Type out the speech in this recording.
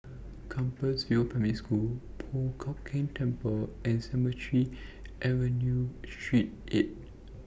Compassvale Primary School Po Chiak Keng Temple and Cemetry Central Street eight